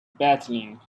battling